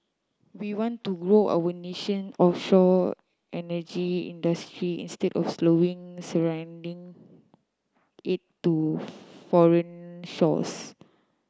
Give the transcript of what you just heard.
we want to grow our nation offshore energy industry instead of slowly surrendering it to foreign shores